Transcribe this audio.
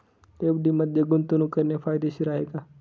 FD मध्ये गुंतवणूक करणे फायदेशीर आहे का?